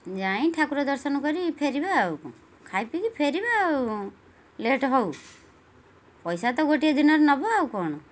ଯାଇ ଠାକୁର ଦର୍ଶନ କରି ଫେରିବା ଆଉ କ'ଣ ଖାଇପିକି ଫେରିବା ଆଉ ଲେଟ୍ ହଉ ପଇସା ତ ଗୋଟିଏ ଦିନରେ ନବ ଆଉ କ'ଣ